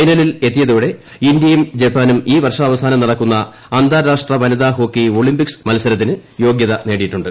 ഫൈനലിൽ എത്തിയതോടെ ഇന്ത്യയും ജപ്പാനും ഈ വർഷാവസാനം നടക്കുന്ന അന്താരാഷ്ട്ര വനിതാ ഹോക്കി ഒളിമ്പിക്സ് ഹോക്കി മത്സരത്തിന് യോഗൃത നേടിയിട്ടുണ്ട്